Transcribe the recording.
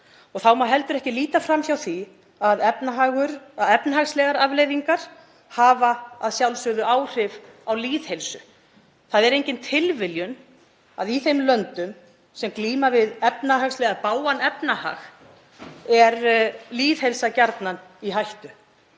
Þá má heldur ekki líta fram hjá því að efnahagslegar afleiðingar hafa að sjálfsögðu áhrif á lýðheilsu. Það er engin tilviljun að í þeim löndum sem glíma við bágan efnahag er lýðheilsa gjarnan í hættu.